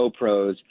GoPros